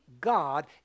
God